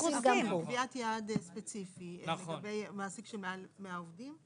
יש קביעת יעד ספציפי לגבי מעסיק של מעל 100 עובדים,